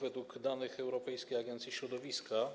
Według danych Europejskiej Agencji Środowiska